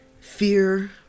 fear